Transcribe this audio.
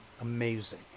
Amazing